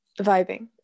vibing